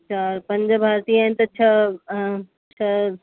चारि पंज भाती आहिनि त छह छह